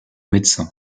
médecin